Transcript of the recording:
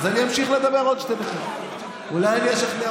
אז אני אמשיך לדבר עוד שתי דקות, אולי אני אשכנע